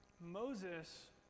Moses